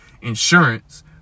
insurance